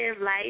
life